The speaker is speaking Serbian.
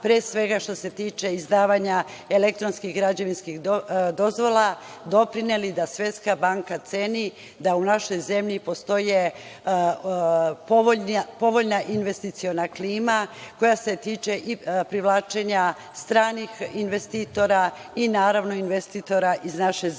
pre svega, što se tiče izdavanja elektronskih građevinskih dozvola, doprineli da Svetska banka ceni da u našoj zemlji postoji povoljna investiciona klima koja se tiče i privlačenja i stranih investitora i naravno investitora iz naše zemlje. Ono